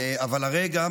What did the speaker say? אבל הרגע,